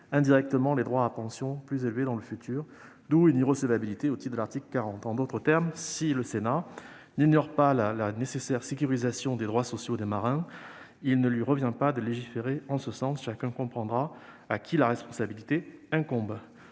indirectement des droits à pension plus élevés dans le futur. » D'où une irrecevabilité au titre de l'article 40 de la Constitution. En d'autres termes, si le Sénat n'ignore pas la nécessité de sécuriser les droits sociaux des marins, il ne lui revient pas de légiférer en ce sens. Chacun comprendra à qui cette responsabilité incombe